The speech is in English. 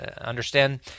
understand